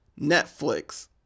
Netflix